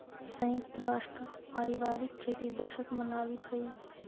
संयुक्त राष्ट्र पारिवारिक खेती दशक मनावित हइ